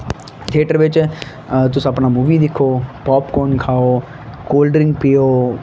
theatre बिच्च तुस अपने मूवी दिक्खो पॉपकोन खाओ कोल्ड ड्रिंक पियो